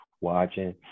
watching